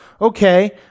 Okay